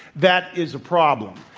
that is a problem.